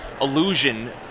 illusion